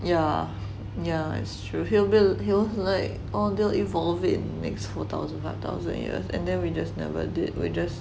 yeah yeah it's true he'll be he'll be like oh they will evolve in next four thousand five thousand years and then we just never did we just